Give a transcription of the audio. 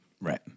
Right